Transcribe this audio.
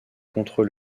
contre